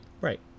Right